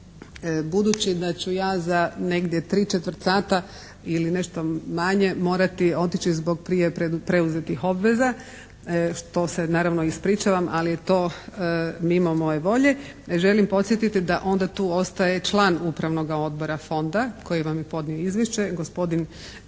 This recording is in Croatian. Budući da ću ja negdje za tri četvrt sata ili nešto manje morati otići zbog prije preuzetih obveza, što se naravno ispričavam, ali to mimo moje volje. Želim podsjetiti da onda tu ostaje član Upravnoga odbora Fonda koji vam je podnio izvješće, gospodin